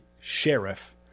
sheriff